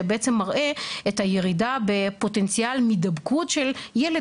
שבעצם מראה את הירידה בפוטנציאל הידבקות של ילד